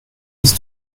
ist